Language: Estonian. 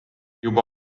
juba